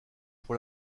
pour